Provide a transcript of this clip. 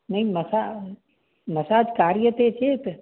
नय् massage कार्यते चेत्